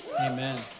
Amen